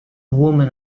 woman